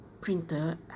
printer